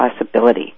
possibility